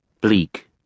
bleak